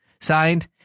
Signed